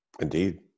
Indeed